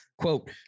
Quote